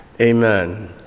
amen